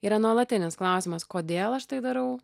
yra nuolatinis klausimas kodėl aš tai darau